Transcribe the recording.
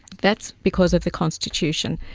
that's because of the constitution.